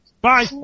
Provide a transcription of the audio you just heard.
Bye